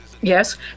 Yes